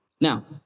Now